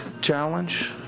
challenge